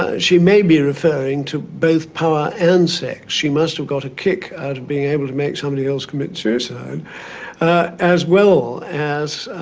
ah she may be referring to both power and sex. she must have got a kick out of being able to make somebody else commit suicide as well as,